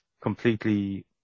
completely